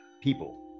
people